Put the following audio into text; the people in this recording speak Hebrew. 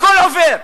הכול עובר.